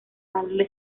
darle